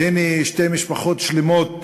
והנה, שתי משפחות שלמות